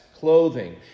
clothing